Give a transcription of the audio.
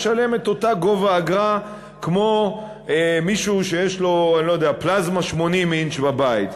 ישלם את אותו גובה אגרה כמו מי שיש לו פלזמה 80 אינץ' בבית,